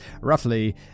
roughly